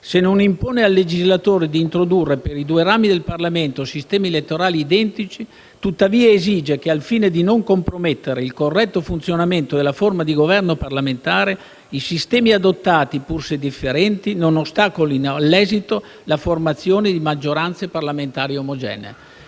se non impone al legislatore di introdurre, per i due rami del Parlamento, sistemi elettorali identici, tuttavia esige che, al fine di non compromettere il corretto funzionamento della forma di governo parlamentare, i sistemi adottati, pur se differenti, non ostacolino all'esito delle elezioni, la formazione di maggioranze parlamentari omogenee».